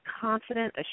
confident